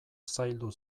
zaildu